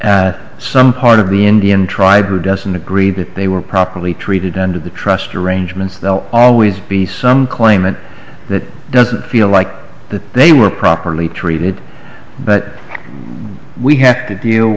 some part of the indian tribe who doesn't agree that they were properly treated under the trust arrangements they'll always be some claimant that doesn't feel like that they were properly treated but we have to deal